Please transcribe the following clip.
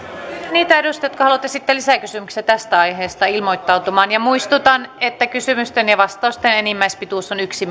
niitä edustajia jotka haluavat esittää lisäkysymyksiä tästä aiheesta ilmoittautumaan ja muistutan että kysymysten ja vastausten enimmäispituus on yksi